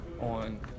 on